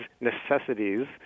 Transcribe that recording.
necessities